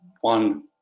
one